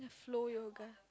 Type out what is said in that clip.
flow yoga